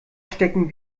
stecken